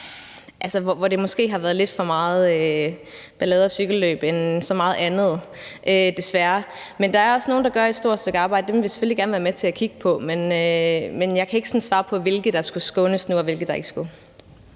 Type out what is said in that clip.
hvor det måske har været lidt for meget ballade og cykelløb i forhold til så meget andet – desværre. Der er også nogle, der gør et stort stykke arbejde, og dem vil vi selvfølgelig gerne være med til at kigge på, men jeg kan ikke svare på nu, hvilke der skulle skånes, og hvilke der ikke skulle.